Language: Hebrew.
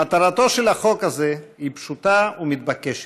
מטרתו של החוק הזה היא פשוטה ומתבקשת: